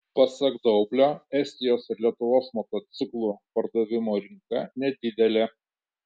pasak daublio estijos ir lietuvos motociklų pardavimų rinka nedidelė